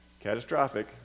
Catastrophic